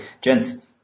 Gents